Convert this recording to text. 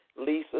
Lisa